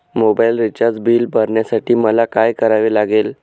Mobile recharge bill भरण्यासाठी मला काय करावे लागेल?